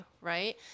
right